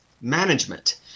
management